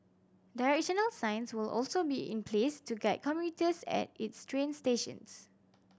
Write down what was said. directional signs will also be in place to guide commuters at its train stations